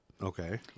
Okay